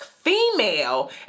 female